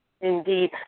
Indeed